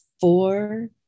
four